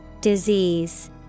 Disease